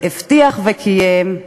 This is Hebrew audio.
שהבטיח וקיים,